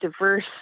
diverse